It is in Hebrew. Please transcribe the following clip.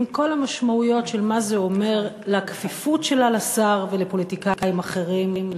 עם כל המשמעויות של מה זה אומר על הכפיפות שלה לשר ולפוליטיקאים אחרים,